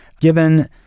given